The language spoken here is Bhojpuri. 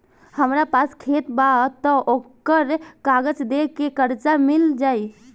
हमरा पास खेत बा त ओकर कागज दे के कर्जा मिल जाई?